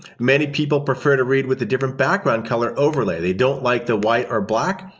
many people prefer to read with a different background color overlay, they don't like the white or black.